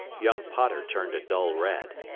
young potter turned a dull red.